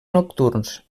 nocturns